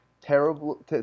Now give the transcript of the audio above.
terrible